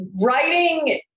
writing